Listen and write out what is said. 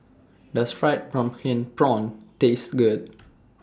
Does Fried Pumpkin Prawns Taste Good